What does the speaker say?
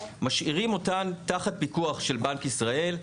משאירים אותן תחת פיקוח של בנק ישראל,